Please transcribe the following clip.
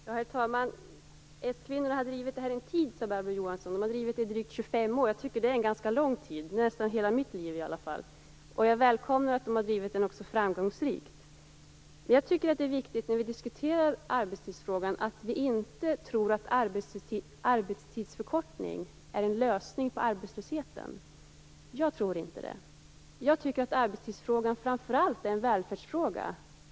Herr talman! Barbro Johansson sade att skvinnorna har drivit den här frågan en tid. De har drivit den i drygt 25 år. Jag tycker att det är en ganska lång tid. Det är i alla fall nästan hela mitt liv. Och jag välkomnar att de har drivit frågan framgångsrikt. När vi diskuterar arbetstidsfrågan är det viktigt att vi inte tror att en arbetstidsförkortning är en lösning på problemet med arbetslösheten. Jag tror inte det. Arbetstidsfrågan är framför allt en välfärdsfråga.